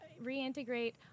reintegrate